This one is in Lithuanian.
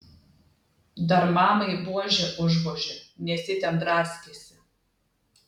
dar mamai buože užvožė nes ji ten draskėsi